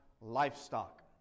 livestock